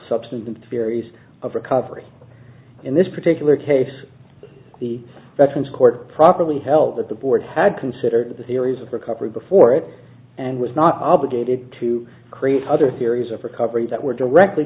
substantive theories of recovery in this particular case the that since court properly held that the board had considered the series of recovery before it and was not obligated to create other theories of recovery that were directly